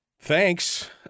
Thanks